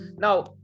now